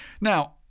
Now